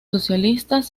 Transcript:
socialistas